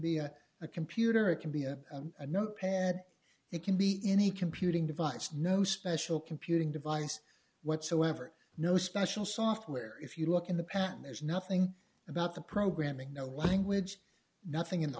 be a computer it can be a notepad it can be any computing device no special computing device whatsoever no special software if you look in the past there's nothing about the programming no language nothing in the